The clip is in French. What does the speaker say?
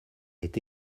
est